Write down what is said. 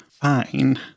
Fine